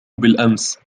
بالأمس